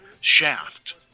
Shaft